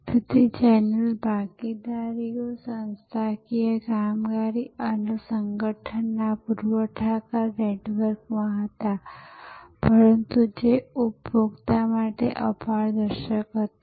તેથી ચેનલ ભાગીદારો સંસ્થાકીય કામગીરી અને સંગઠનના પુરવઠાકાર નેટવર્કમાં હતા પરંતુ જે ઉપભોક્તા માટે અપારદર્શક હતું